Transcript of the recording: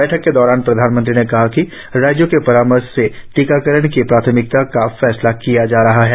बैठक के दौरान प्रधानमंत्री ने कहा कि राज्यों के परामर्श से टीकाकरण की प्राथमिकता का फैसला किया जा रहा है